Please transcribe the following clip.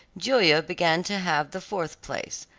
julia began to have the fourth place,